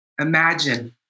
Imagine